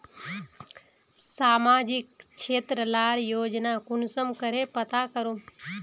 सामाजिक क्षेत्र लार योजना कुंसम करे पता करूम?